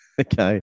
Okay